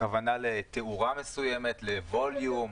הכוונה, לתאורה מסוימת, לווליום.